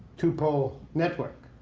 two pole network,